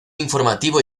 informativo